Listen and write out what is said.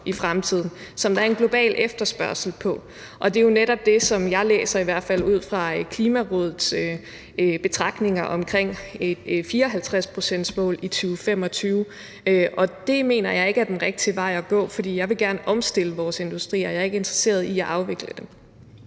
i fremtiden, og som der er en global efterspørgsel i forhold til. Det er jo netop det, som jeg i hvert fald læser ud fra Klimarådets betragtninger omkring et 54-procentsmål i 2025. Og det mener jeg ikke er den rigtige vej at gå, for jeg vil gerne omstille vores industrier. Jeg er ikke interesseret i at afvikle dem.